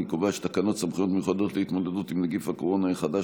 אין תקנות סמכויות מיוחדות להתמודדות עם נגיף הקורונה החדש